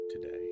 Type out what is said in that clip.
today